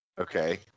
Okay